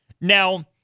Now